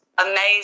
amazing